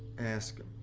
ask him,